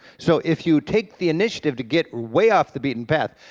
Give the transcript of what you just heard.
so if you take the initiative to get way off the beaten path,